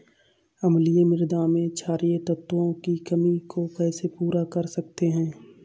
अम्लीय मृदा में क्षारीए तत्वों की कमी को कैसे पूरा कर सकते हैं?